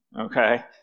okay